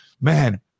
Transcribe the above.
man